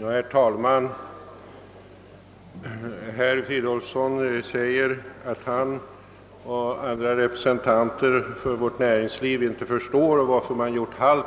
Herr talman! Herr Fridolfsson i Stockholm säger att han och andra representanter för vårt näringsliv inte förstår varför man gjort halt